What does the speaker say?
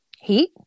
heat